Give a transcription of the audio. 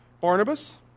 Barnabas